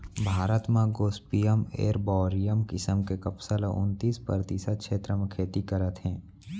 भारत म Gossypium arboreum किसम के कपसा ल उन्तीस परतिसत छेत्र म खेती करत हें